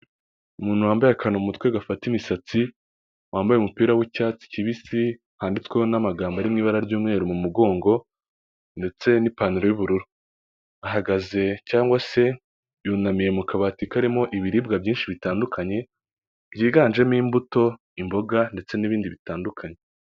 Umuntu wambaye akantu umutwe gafata imisatsi wambaye umupira w'icyatsi kibisi handitsweho n'amagambo arimo ibara ry'umweru mu mugongo ndetse n'ipantaro y'ubururu, ahagaze cyangwa se yunamiye mu kabati karimo ibiribwa byinshi bitandukanye, byiganjemo imbuto, imboga, ndetse n'ibindi bitandukanye.